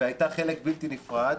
והייתה חלק בלתי נפרד,